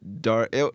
dark